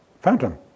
phantom